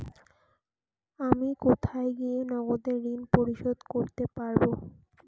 আমি কোথায় গিয়ে নগদে ঋন পরিশোধ করতে পারবো?